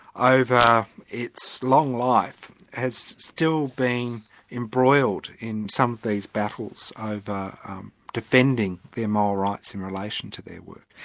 ah over its long life, has still been embroiled in some of these battles over defending their moral rights in relation to their work.